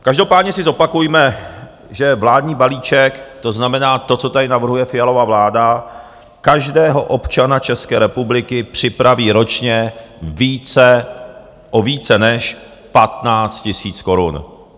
Každopádně si zopakujme, že vládní balíček, to znamená, to, co tady navrhuje Fialova vláda, každého občana České republiky připraví ročně více o více než 15 000 korun.